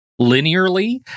linearly